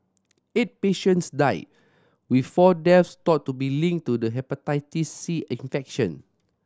eight patients died with four death thought to be linked to the Hepatitis C infection